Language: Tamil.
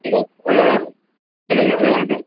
ஹலோ ஹலோ சொல்லுங்க ஐயா வணக்கம்